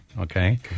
okay